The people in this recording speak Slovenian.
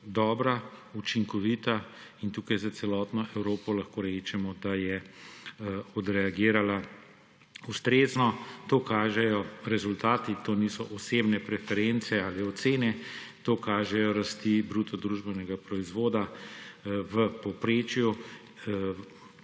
dobra, učinkovita in lahko tukaj za celotno Evropo rečemo, da je odreagirala ustrezno. To kažejo rezultati, to niso osebne preference ali ocene. To kažejo rasti bruto družbenega proizvoda v povprečju